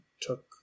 took